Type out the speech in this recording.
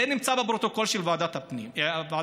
זה נמצא בפרוטוקול של ועדת החינוך.